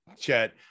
Chet